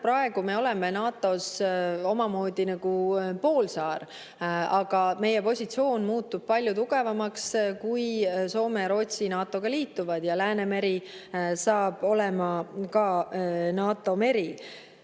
praegu me oleme NATO‑s nagu omamoodi poolsaar. Aga meie positsioon muutub palju tugevamaks, kui Soome ja Rootsi NATO‑ga liituvad ja Läänemeri saab olema ka NATO meri. Nüüd